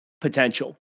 potential